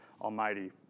Almighty